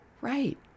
right